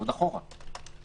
עוד אחורה.